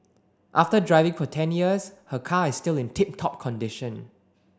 after driving for ten years her car is still in tip top condition